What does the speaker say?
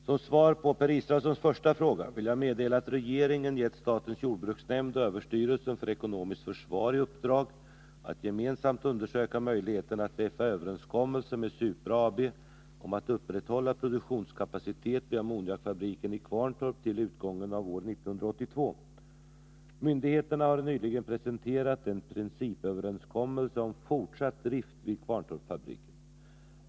Som svar på Per Israelssons första fråga vill jag meddela att regeringen gett statens jordbruksnämnd och överstyrelsen för ekonomiskt försvar i uppdrag att gemensamt undersöka möjligheterna att träffa överenskommelse med Supra AB om att upprätthålla produktionskapacitet vid ammoniakfabriken i Kvarntorp till utgången av år 1982. Myndigheterna har nyligen presenterat en principöverenskommelse om fortsatt drift vid Kvarntorpsfabriken.